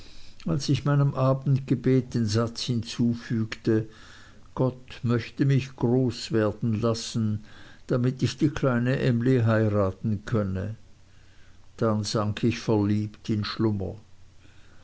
als ich meinem abendgebet den satz hinzufügte gott möchte mich groß werden lassen damit ich die kleine emly heiraten könnte dann sank ich verliebt in schlummer